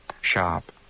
Shop